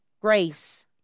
grace